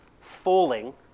falling